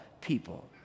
people